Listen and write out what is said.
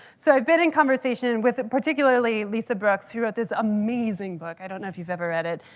so i've been in conversation with particularly lisa brooks, who wrote this amazing book. i don't know if you've ever read it.